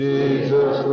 Jesus